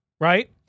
right